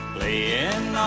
Playing